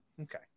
Okay